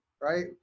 right